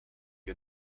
you